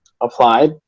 applied